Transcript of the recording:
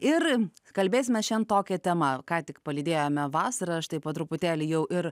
ir kalbėsime šian tokia tema ką tik palydėjome vasarą štai po truputėlį jau ir